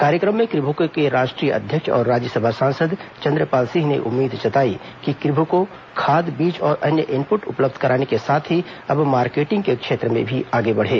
कार्यक्रम में कृभको के राष्ट्रीय अध्यक्ष और राज्यसभा सांसद चंद्रपाल सिंह ने उम्मीद जताई कि कृभको खाद बीज और अन्य इनपुट उपलब्ध कराने के साथ ही अब मार्केटिंग के क्षेत्र भी आगे बढ़े